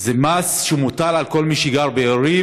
זה מס שמוטל על כל מי שגר בערים,